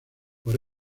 por